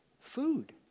food